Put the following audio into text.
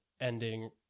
ending